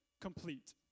complete